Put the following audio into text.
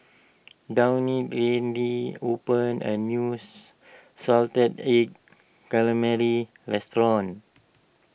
Daunte opened a news Salted Egg Calamari restaurant